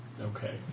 Okay